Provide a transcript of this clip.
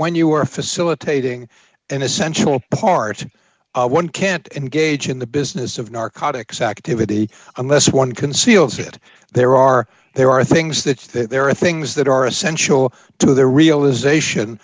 when you are facilitating an essential part one can't engage in the business of narcotics activity unless one conceals it there are there are things that there are things that are essential to the realisation